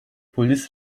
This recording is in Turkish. polis